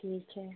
ठीक है